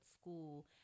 school